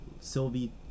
Sylvie